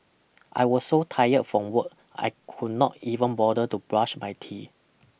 I was so tired from work I could not even bother to brush my teeth